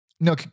no